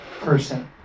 person